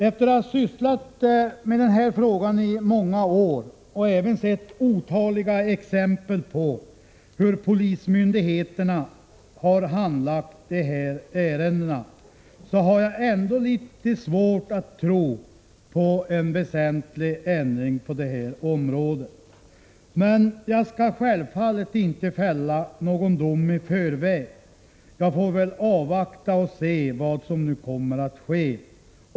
Efter att ha sysslat med den här frågan i många år och även sett otaliga exempel på hur polismyndigheterna har handlagt dessa ärenden, har jag litet svårt att tro på en väsentlig ändring på det här området. Men jag skall självfallet inte fälla någon dom i förväg. Jag får avvakta och se vad som nu kommer att ske.